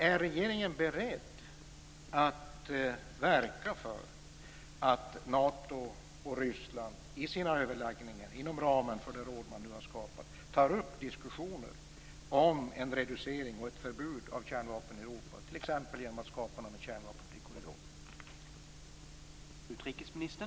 Är regeringen beredd att verka för att Nato och Ryssland i sina överläggningar inom ramen för det råd man nu har skapat tar upp diskussioner om en reducering av och ett förbud mot kärnvapen i Europa, t.ex. genom att skapa en kärnvapenfri korridor?